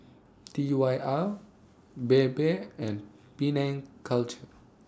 T Y R Bebe and Penang Culture